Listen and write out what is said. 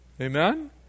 Amen